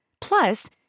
Plus